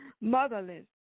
motherless